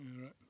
right